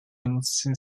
into